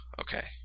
okay